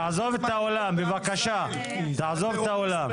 תעזוב את האולם בבקשה, תעזוב את העולם.